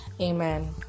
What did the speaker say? Amen